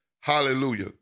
Hallelujah